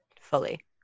fully